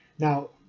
Now